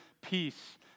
peace